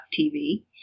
TV